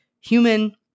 human